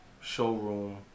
showroom